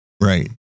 Right